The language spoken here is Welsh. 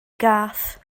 gath